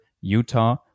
Utah